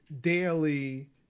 daily